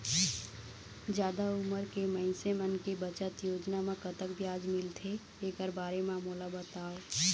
जादा उमर के मइनसे मन के बचत योजना म कतक ब्याज मिलथे एकर बारे म मोला बताव?